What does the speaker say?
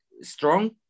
strong